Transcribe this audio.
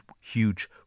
huge